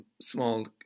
small